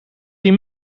die